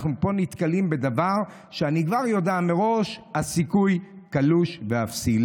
אנחנו נתקלים פה בדבר שאני כבר יודע מראש שהסיכוי בו קלוש ואפסי.